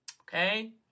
Okay